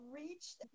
reached